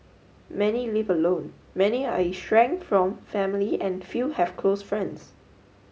many live alone many are from family and few have close friends